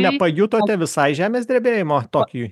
nepajutote visai žemės drebėjimo tokijuj